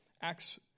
Acts